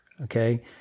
Okay